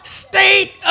state